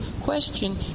question